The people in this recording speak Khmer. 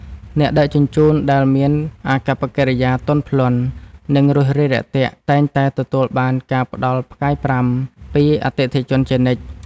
អ្នកដឹកជញ្ជូនដែលមានអាកប្បកិរិយាទន់ភ្លន់ និងរួសរាយរាក់ទាក់តែងតែទទួលបានការផ្ដល់ផ្កាយប្រាំ ពីអតិថិជនជានិច្ច។